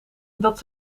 dat